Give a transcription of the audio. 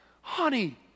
Honey